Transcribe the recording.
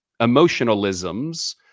emotionalisms